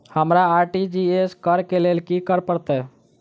हमरा आर.टी.जी.एस करऽ केँ लेल की करऽ पड़तै?